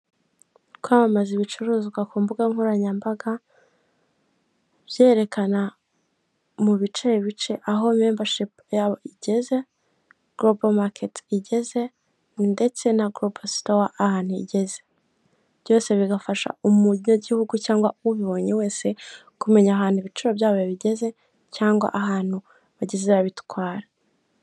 Kwamamaza ibicuruzwa ku mbuga nkoranyambaga byerekana mu bice bice aho membashipu y'abo igeze, gulobo maketi igeze ndetse na gulobo sitowa ahantu igeze, byose bigafasha umunyagihugu cyangwa ubibonye wese kumenya ahantu ibiciro byayo bigeze cyangwa ahantu bageze babitwara.